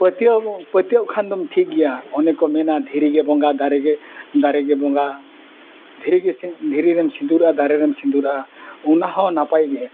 ᱯᱟᱹᱛᱭᱟᱹᱣ ᱯᱟᱹᱛᱭᱟᱹᱣ ᱠᱷᱟᱱ ᱫᱚᱢ ᱴᱷᱤᱠ ᱜᱮᱭᱟ ᱚᱱᱮ ᱠᱚ ᱢᱮᱱᱟ ᱫᱷᱤᱨᱤ ᱜᱮ ᱵᱚᱸᱜᱟ ᱫᱟᱨᱮ ᱜᱮ ᱫᱟᱨᱮ ᱜᱮ ᱵᱚᱸᱜᱟ ᱫᱷᱤᱨᱤ ᱜᱮ ᱫᱷᱤᱨᱤ ᱨᱮᱢ ᱥᱤᱸᱫᱩᱨᱟᱜᱼᱟ ᱫᱟᱨᱮ ᱨᱮᱢ ᱥᱤᱸᱫᱩᱨᱟᱜᱼᱟ ᱚᱱᱟ ᱦᱚᱸ ᱱᱟᱯᱟᱭ ᱜᱮ